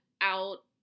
out